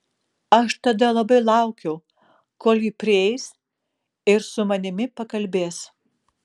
aš tada labai laukiau kol ji prieis ir su manimi pakalbės